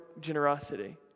generosity